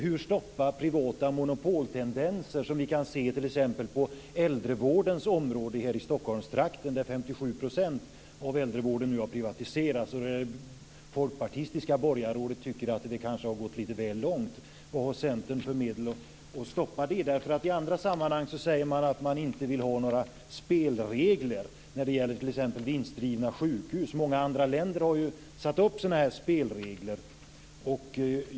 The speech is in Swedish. Hur ska man stoppa privata monopoltendenser, som vi t.ex. kan se på äldrevårdens område här i Stockholmstrakten, där 57 % av äldrevården nu är privatiserad? Det folkpartistiska borgarrådet tycker att det kanske har gått lite väl långt. Vilka medel för att stoppa detta vill Centern anvisa? I andra sammanhang säger man att man inte vill ha några spelregler. Många andra länder har satt upp spelregler för vinstdrivna sjukhus.